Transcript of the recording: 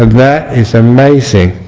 that is amazing